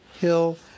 hill